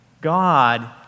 God